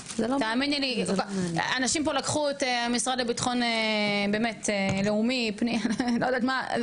תאמיני לי אנשים פה לקחו את המשרד לביטחון באמת לאומי לא יודעת מה,